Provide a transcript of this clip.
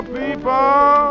people